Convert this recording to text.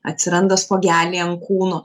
atsiranda spuogeliai ant kūno